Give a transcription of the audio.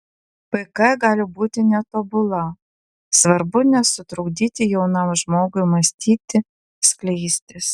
pk gali būti netobula svarbu nesutrukdyti jaunam žmogui mąstyti skleistis